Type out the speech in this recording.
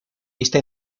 vista